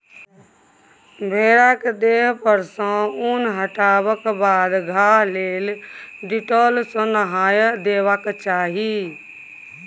भेड़ा केर देह पर सँ उन हटेबाक बाद घाह लेल डिटोल सँ नहाए देबाक चाही